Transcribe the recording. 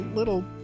little